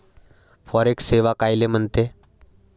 Forex सेवा कायले म्हनते?